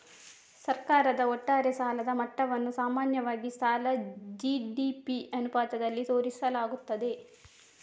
ಸರ್ಕಾರದ ಒಟ್ಟಾರೆ ಸಾಲದ ಮಟ್ಟವನ್ನು ಸಾಮಾನ್ಯವಾಗಿ ಸಾಲ ಜಿ.ಡಿ.ಪಿ ಅನುಪಾತವಾಗಿ ತೋರಿಸಲಾಗುತ್ತದೆ